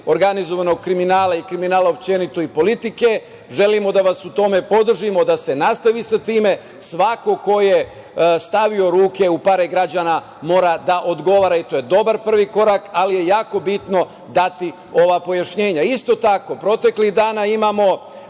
organizovanog kriminala i kriminala uopšte i politike. Želimo da vas u tome podržimo, da se nastavi sa tim. Svako ko je stavio ruke u pare građana mora da odgovara i to je dobar prvi korak, ali je jako bitno dati ova pojašnjenja. Isto tako proteklih dana imamo